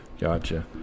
Gotcha